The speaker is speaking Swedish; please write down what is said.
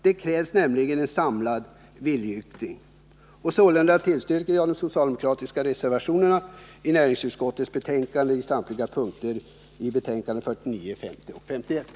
Det krävs nämligen en samlad viljeyttring. Sålunda tillstyrker jag på samtliga punkter de socialdemokratiska reservationerna i näringsutskottets betänkanden nr 49, 50 och 51.